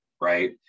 right